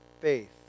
faith